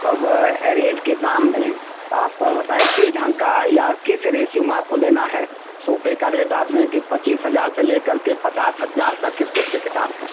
तो अब रेट के दाम में आप बताएँ किस ढंग का या किस रेशियो में आपको लेना है सोफे का रेट आप हैं कि पच्चीस हजार से लेकर के पचास हजार तक के सोफे के दाम हैं